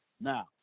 Now